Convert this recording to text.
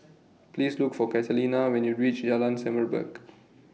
Please Look For Catalina when YOU REACH Jalan Semerbak